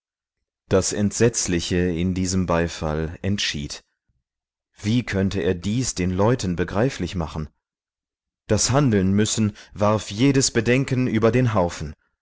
das entsetzliche in diesem beifall entschied wie könnte er dies den leuten begreiflich machen das handelnmüssen warf jedes bedenken über den haufen